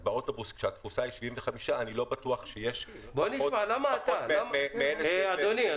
אז באוטובוס כשהתפוסה היא 75% אני לא בטוח שיש פחות מאלה --- אדוני,